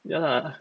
ya lah